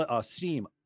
Steam